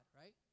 right